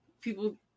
People